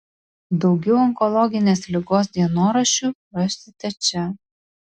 daugiau onkologinės ligos dienoraščių rasite čia